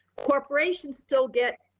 corporations still get,